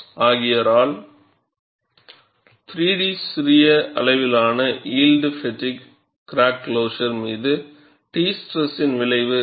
Dodds ஆகியோரால் 3 D சிறிய அளவிலான யில்ட் பெட்டிக் கிராக் க்ளோஸர் மீது T ஸ்ட்ரெஸ்விளைவு'